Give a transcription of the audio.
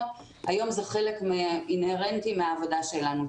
והיום זה חלק אינהרנטי מהעבודה שלנו.